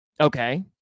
Okay